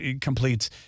completes